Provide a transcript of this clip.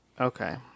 okay